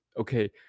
okay